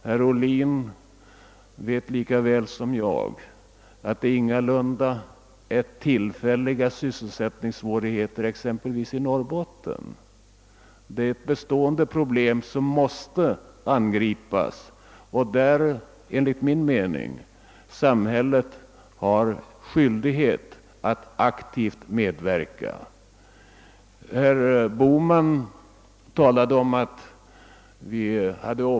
Herr Ohlin vet lika väl som jag att sysselsättningssvårigheterna exempelvis i Norrbotten ingalunda är tillfälliga — de utgör ett bestående problem, som måste angripas, och enligt min mening har samhället skyldighet att aktivt medverka därvid.